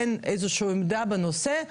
אין איזה שהיא עמדה בנושא?